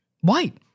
White